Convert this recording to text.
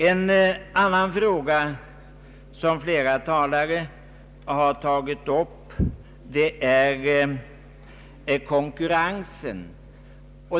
En annan fråga som flera talare har tagit upp rör konkurrensen.